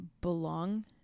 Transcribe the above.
belong